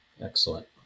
Excellent